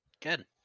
Good